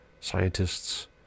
scientists